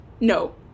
no